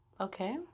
Okay